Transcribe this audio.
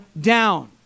down